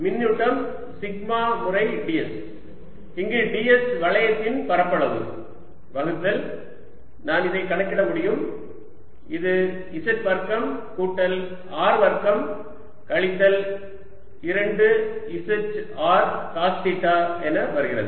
மின்னூட்டம் சிக்மா முறை ds இங்கு ds வளையத்தின் பரப்பளவு வகுத்தல் நான் இதை கணக்கிட முடியும் இது z வர்க்கம் கூட்டல் R வர்க்கம் கழித்தல் 2 z R காஸ் தீட்டா என வருகிறது